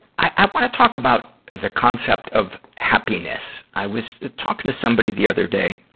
i, i wanna talk about the concept of happiness. i was talking to somebody the other day,